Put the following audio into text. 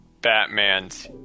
Batman's